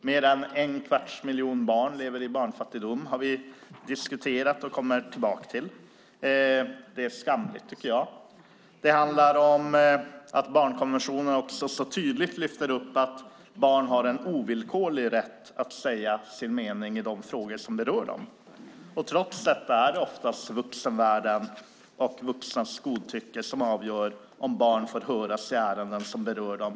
Mer än en kvarts miljon barn lever i barnfattigdom. Det har vi diskuterat och kommer tillbaka till. Det är skamligt, tycker jag. Det handlar om att barnkonventionen också så tydligt lyfter upp att barn har en ovillkorlig rätt att säga sin mening i de frågor som berör dem. Men trots detta är det oftast vuxenvärlden och vuxnas godtycke som avgör om barn får höras i ärenden som berör dem.